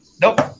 nope